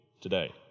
today